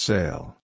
Sale